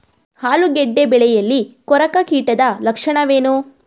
ಆಲೂಗೆಡ್ಡೆ ಬೆಳೆಯಲ್ಲಿ ಕೊರಕ ಕೀಟದ ಲಕ್ಷಣವೇನು?